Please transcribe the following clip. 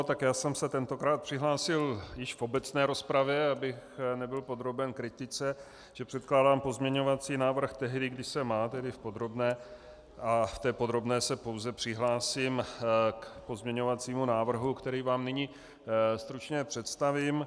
Já jsem se tentokrát přihlásil již v obecné rozpravě, abych nebyl podroben kritice, že předkládám pozměňovací návrh tehdy, kdy se má, tedy v podrobné, a v podrobné se pouze přihlásím k pozměňovacímu návrhu, který vám nyní stručně představím.